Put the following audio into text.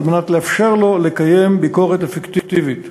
על מנת לאפשר לו לקיים ביקורת אפקטיבית.